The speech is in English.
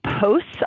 posts